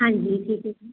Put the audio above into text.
ਹਾਂਜੀ ਠੀਕ ਹੈ ਜੀ